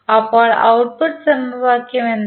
അപ്പോൾ ഔട്ട്പുട്ട് സമവാക്യം എന്താണ്